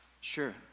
Sure